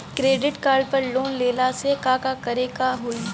Credit card पर loan लेला से का का करे क होइ?